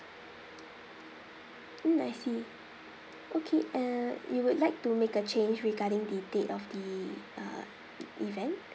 mm I see okay uh you would like to make a change regarding the date of the uh event